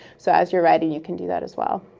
so as you're writing you can do that as well.